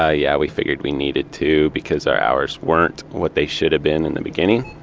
ah yeah, we figured we needed to because our hours weren't what they should've been in the beginning.